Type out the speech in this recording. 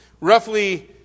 Roughly